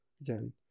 again